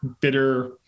bitter